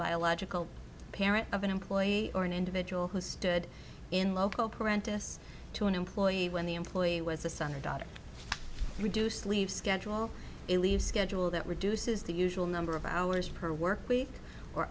biological parent of an employee or an individual who stood in loco parentless to an employee when the employee was a son or daughter reduce leave schedule a leave schedule that reduces the usual number of hours per work week or